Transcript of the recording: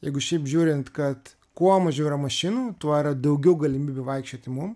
jeigu šiaip žiūrint kad kuo mažiau yra mašinų tuo yra daugiau galimybių vaikščioti mum